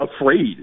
afraid